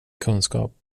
kunskap